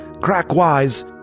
crack-wise